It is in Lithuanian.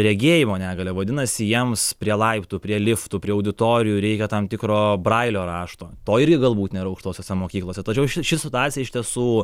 regėjimo negalią vadinasi jiems prie laiptų prie liftų prie auditorijų reikia tam tikro brailio rašto to irgi galbūt nėra aukštosiose mokyklose tačiau ši ši situacija iš tiesų